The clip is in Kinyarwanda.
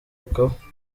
akaba